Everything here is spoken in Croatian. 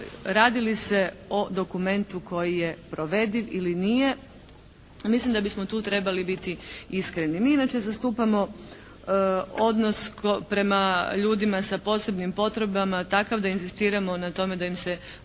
radi li se o dokumentu koji je provediv ili nije. Mislim da bismo tu trebali biti iskreni. Mi inače zastupamo odnos prema ljudima sa posebnim potrebama takav da inzistiramo na tome da im se govori